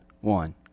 one